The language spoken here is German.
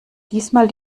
diesmal